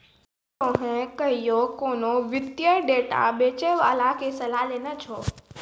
कि तोहें कहियो कोनो वित्तीय डेटा बेचै बाला के सलाह लेने छो?